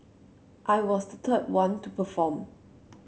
I was the third one to perform